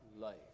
life